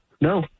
No